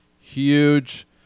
huge